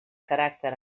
caràcter